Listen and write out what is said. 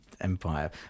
Empire